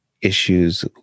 issues